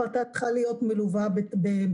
ה-פרטה צריכה להיות מלווה במסמכים,